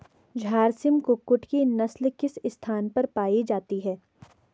झारसिम कुक्कुट की नस्ल किस स्थान पर पाई जाती है?